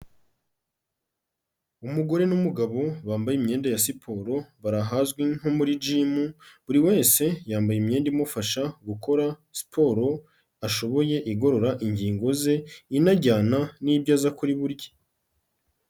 Umugore numugabo bambaye imyenda ya siporo, bari ahazwi nko muri gimu, buri wese yambaye imyenda imufasha gukora siporo ashoboye igorora ingingo ze inajyana nibyo aza kuri burye.